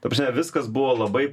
ta prasme viskas buvo labai